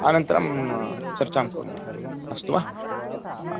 अनन्तरं चर्चां कुर्मः अस्तु वा हा